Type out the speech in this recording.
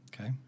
Okay